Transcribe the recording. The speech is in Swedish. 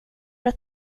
att